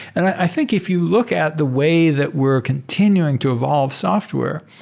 and i think if you look at the way that we're continuing to evolve software,